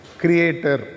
creator